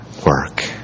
work